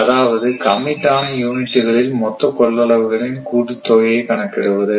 அதாவது கமிட் ஆன யூனிட்டுகளில் மொத்த கொள்ளளவுகளின் கூட்டுத் தொகையை கணக்கிடுவது